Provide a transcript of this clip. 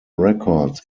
records